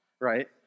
right